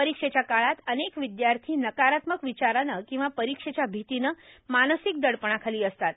परीक्षेच्या काळात अनेक विद्यार्थी नकारात्मक विचाराने किंवा परीक्षेच्या भितीने मानसिक दडपणाखाली असतात